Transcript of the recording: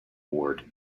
ward